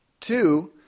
Two